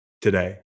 today